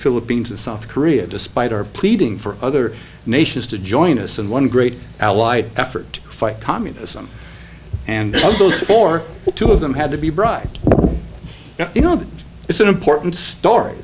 philippines and south korea despite our pleading for other nations to join us in one great allied effort fight communism and for what two of them had to be bribed you know that it's an important story